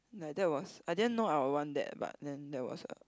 like that was I didn't know I would want that but then that was uh